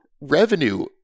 Revenue